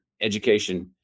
education